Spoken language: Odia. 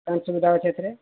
କାନ୍ ସୁବିଧା ଅଛି ଏଥିରେ